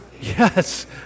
Yes